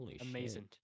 amazing